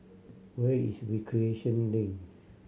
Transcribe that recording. where is Recreation Lane